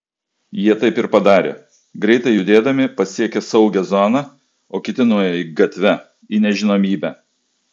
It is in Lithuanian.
jie taip ir padarė greitai judėdami pasiekė saugią zoną o kiti nuėjo gatve į nežinomybę